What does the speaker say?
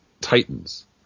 Titans